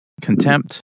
Contempt